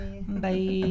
bye